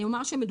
אני אומר שמדובר